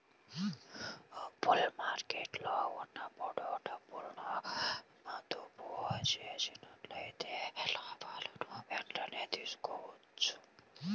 bull మార్కెట్టులో ఉన్నప్పుడు డబ్బును మదుపు చేసినట్లయితే లాభాలను వెంటనే తీసుకోవాలి